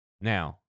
Now